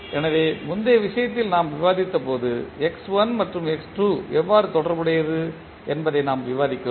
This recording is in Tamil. எனவே முந்தைய விஷயத்தில் நாம் விவாதித்தபோது x1 மற்றும் x2 எவ்வாறு தொடர்புடையது என்பதை நாம் விவாதிக்கிறோம்